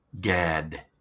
Gad